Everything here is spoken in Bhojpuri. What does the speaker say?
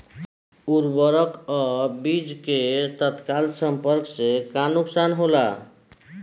उर्वरक अ बीज के तत्काल संपर्क से का नुकसान होला?